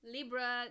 Libra